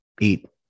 eat